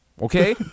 Okay